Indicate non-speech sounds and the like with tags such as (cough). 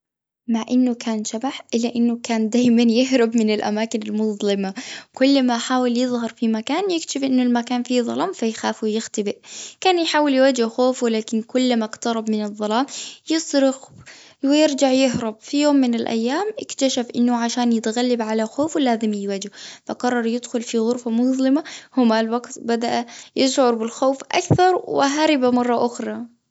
مع أنه كان شبح، إلا أنه كان دايماً يهرب (laughs) من الأماكن المظلمة. كل ما حاول يظهر في مكان، يكتشف أنه المكان فيه ظلام، فيخاف ويختبئ. كان يحاول يواجه خوفه، ولكن كلما اقترب من الظلام، يصرخ (hesitation) ويرجع يهرب. في يوم من الأيام، اكتشف أنه عشان يتغلب على خوفه، لازم يواجهه. فقرر يدخل في غرفة مظلمة، ه‍- ومع الوقت بدأ يشعر بالخوف أكثر، وهرب مرة أخرى.